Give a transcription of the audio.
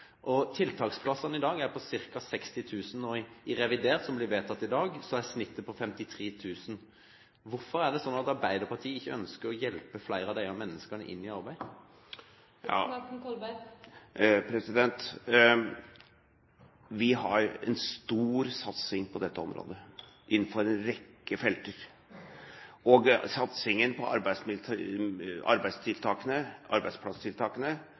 Tiltaksplassene i dag utgjør ca. 66 000, og i revidert, som blir vedtatt i dag, er snittet på 53 000. Hvorfor er det sånn at Arbeiderpartiet ikke ønsker å hjelpe flere av disse menneskene inn i arbeid? Vi har en stor satsing på dette området innenfor en rekke felter, og satsingen på